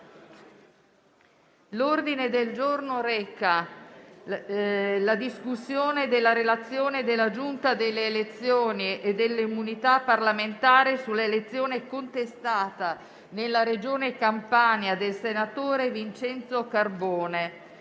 Presidente, siamo in sede di discussione della relazione della Giunta delle elezioni e delle immunità parlamentari sull'elezione contestata nella Regione Campania del senatore Vincenzo Carbone,